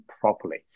properly